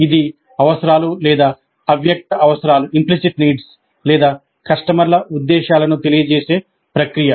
ఇది అవసరాలు లేదా అవ్యక్త అవసరాలు లేదా కస్టమర్ల ఉద్దేశాలను తెలియజేసే ప్రక్రియ